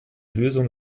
lösung